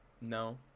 No